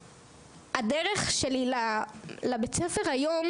הדרך שלי לבית הספר היום